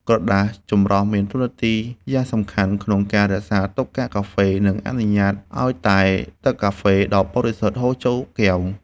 ក្រដាសចម្រោះមានតួនាទីយ៉ាងសំខាន់ក្នុងការរក្សាទុកកាកកាហ្វេ និងអនុញ្ញាតឱ្យតែទឹកកាហ្វេដ៏បរិសុទ្ធហូរចូលកែវ។